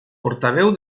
portaveu